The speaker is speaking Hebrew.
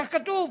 כך כתוב.